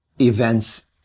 events